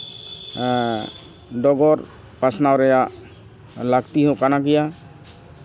ᱰᱚᱜᱚᱨ ᱯᱟᱥᱱᱟᱣ ᱨᱮᱭᱟᱜ ᱞᱟᱹᱠᱛᱤ ᱦᱚᱸ ᱠᱟᱱ ᱜᱮᱭᱟ